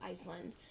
Iceland